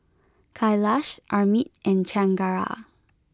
Kailash Amit and Chengara